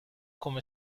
come